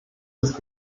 ist